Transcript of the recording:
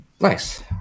Nice